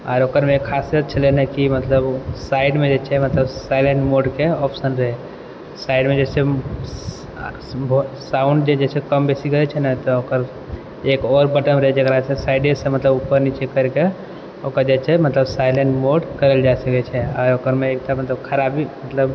आओर ओकरमे एक खासियत छलै कि मतलब साइडमे जे छै मतलब सायलेंट मोडके ऑप्शन रहै साइडमे जे छै साउण्डके छै कम बेसी करै छै ने तऽ ओकर एक आओर बटन रहै छै साइडसँ मतलब उपर नीचे करिकऽ ओकर जे छै मतलब सायलेंट मोड करल जा सकै छै आओर ओकरमे खराबी मतलब